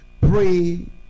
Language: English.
Pray